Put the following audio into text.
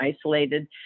isolated